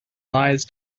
lies